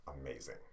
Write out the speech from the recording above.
amazing